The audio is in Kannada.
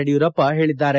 ಯಡಿಯೂರಪ್ಪ ಹೇಳಿದ್ದಾರೆ